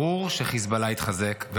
ברור שחיזבאללה יתחזק,